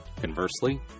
Conversely